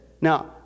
Now